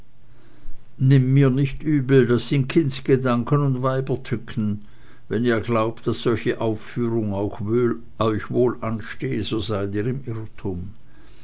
nimm mir nicht übel das sind kindesgedanken und weibernücken wenn ihr glaubt daß solche aufführung euch wohl anstehe so seid ihr im irrtum